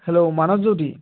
hello Manabjyoti